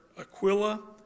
Aquila